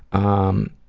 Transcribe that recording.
um,